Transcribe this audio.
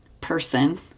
person